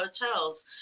hotels